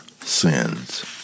Sins